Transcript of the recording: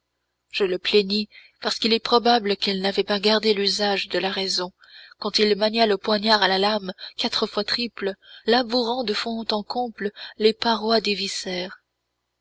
je le plaignis parce qu'il est probable qu'il n'avait pas gardé l'usage de la raison quand il mania le poignard à la lame quatre fois triple labourant de fond en comble les parois des viscères